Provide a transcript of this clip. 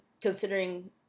Considering